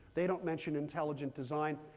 they don't mention intelligent design.